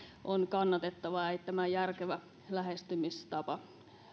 on kannatettava eittämättä järkevä lähestymistapa